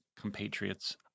compatriots